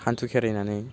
हान्थु खेरायनानै